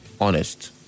honest